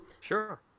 sure